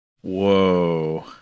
Whoa